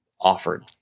offered